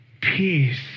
peace